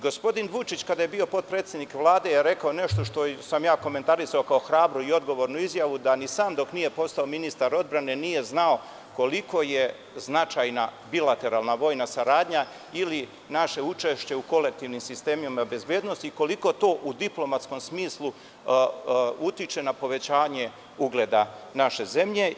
Gospodin Vučić kada je bio potpredsednik Vlade je rekao nešto što sam ja komentarisao kao hrabru i odgovornu izjavu, da ni sam dok nije postao ministar odbrane nije znao koliko je značajna bilateralno-vojna saradnja ili naše učešće u kolektivnim sistemima bezbednosti i koliko to u diplomatskom smislu utiče na povećanje ugleda naše zemlje.